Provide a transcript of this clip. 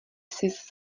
sis